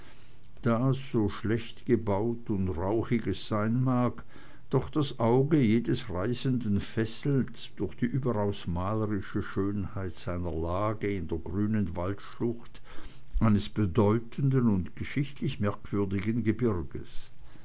das so schlecht gebaut und rauchig es sein mag doch das auge jedes reisenden fesselt durch die überaus malerische schönheit seiner lage in der grünen waldschlucht eines bedeutenden und geschichtlich merkwürdigen gebirges